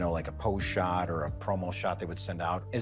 like a pose shot or a promo shot they would send out. and